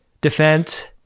defense